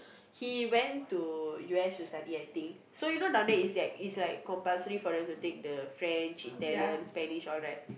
he went to u_s to study I think so you know down there it's like it's like compulsory for them to take the French Italian Spanish all that